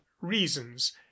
reasons